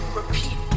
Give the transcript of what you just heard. repeat